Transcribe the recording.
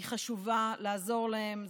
היא חשובה לעזור להן.